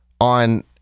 on